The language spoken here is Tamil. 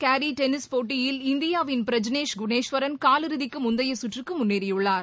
கேரிடென்னிஸ் சேலஞ்சர் போட்டியில் இந்தியாவின் பிரஜ்னேஷ் குன்னேஷ்வரன் காலிறுதிக்குமுந்தையசுற்றுக்குமுன்னேறியுள்ளார்